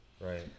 Right